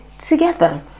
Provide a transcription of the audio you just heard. together